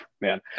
man